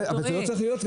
אבל זה לא צריך להיות כך.